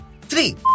three